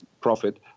profit